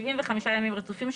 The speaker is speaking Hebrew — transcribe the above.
75 ימים רצופים,